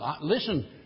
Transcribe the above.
Listen